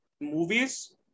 movies